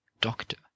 doctor